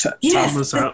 Yes